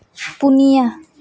ᱯᱩᱱᱤᱭᱟᱹ